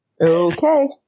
Okay